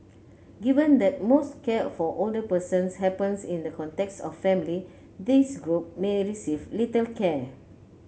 given that most care for older persons happens in the context of family this group may receive little care